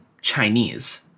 Chinese